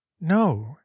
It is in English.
no